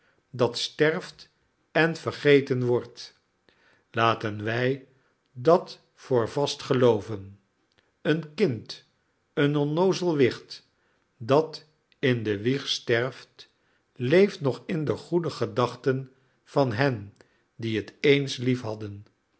dat sterft en vergeten wordt laten wij dat voor vast gelooven een kind een onnoozel wicht dat in de wieg sterft leeft nog in de goede gedachten van hen die het eens